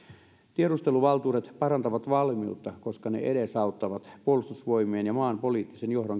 tiedusteluvaltuudet parantavat valmiutta koska ne edesauttavat puolustusvoimien ja maan poliittisen johdon